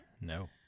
No